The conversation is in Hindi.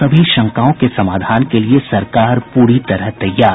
सभी शंकाओं के समाधान के लिए सरकार पूरी तरह तैयार